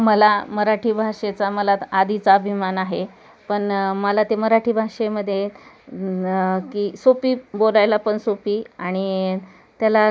मला मराठी भाषेचा मला त् आधीच अभिमान आहे पण मला ते मराठी भाषेमध्ये न् की सोपी बोलायला पण सोपी आणि त्याला